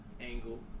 angle